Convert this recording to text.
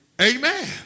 amen